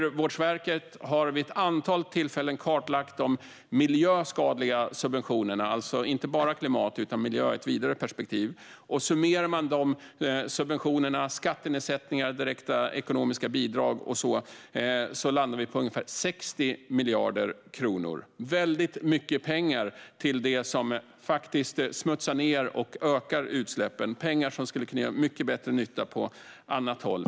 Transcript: Naturvårdsverket har vid ett antal tillfällen kartlagt de miljöskadliga subventionerna; det handlar alltså inte bara om klimat utan om miljö i ett vidare perspektiv. Summerar vi de subventionerna - skattenedsättningar, direkta ekonomiska bidrag och så vidare - landar vi på ungefär 60 miljarder kronor. Det är väldigt mycket pengar till det som faktiskt smutsar ned och ökar utsläppen, och de pengarna skulle kunna göra mycket bättre nytta på annat håll.